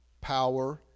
power